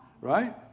Right